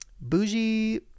bougie